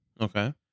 Okay